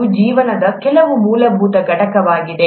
ಇದು ಜೀವನದ ಕೆಲವು ಮೂಲಭೂತ ಘಟಕವಾಗಿದೆ